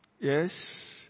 Yes